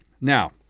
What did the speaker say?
Now